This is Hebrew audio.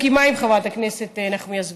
כמעט לא היה עם שלא שיתף פעולה עם הנאצים.